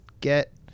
Get